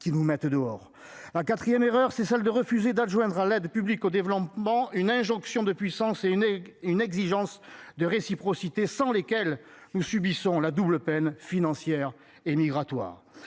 qui nous mettent dehors la 4ème erreur c'est celle de refuser d'adjoindre à l'aide publique au développement. Une injonction de puissance et une et une exigence de réciprocité, sans lesquelles nous subissons la double peine financière et migratoire